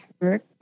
work